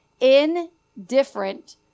indifferent